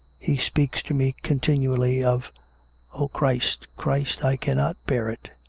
he speaks to me continually of o christ! christ! i cannot bear it!